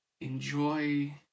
Enjoy